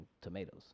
tomatoes